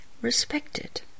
respected